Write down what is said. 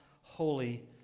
holy